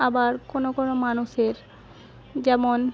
আবার কোনো কোনো মানুষের যেমন